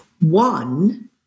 one